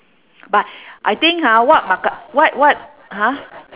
but I think ha what mooka~ what what !huh!